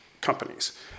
companies